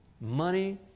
Money